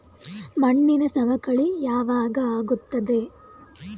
ಮಣ್ಣಿನ ಸವಕಳಿ ಯಾವಾಗ ಆಗುತ್ತದೆ?